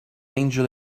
angel